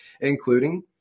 including